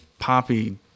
poppy